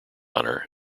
honour